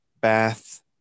bath